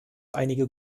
einige